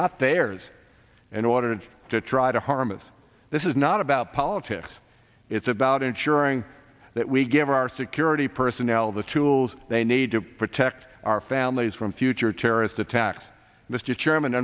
not theirs and ordered to try to harm us this is not about politics it's about ensuring that we give our security personnel the tools they need to protect our families from future terrorist attacks mr